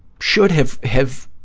should have have